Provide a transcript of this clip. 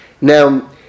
Now